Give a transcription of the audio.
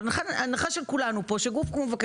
אבל ההנחה של כולנו פה היא שגוף כמו מבקר